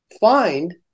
find